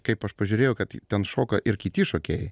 kaip aš pažiūrėjau kad ten šoka ir kiti šokėjai